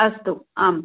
अस्तु आम्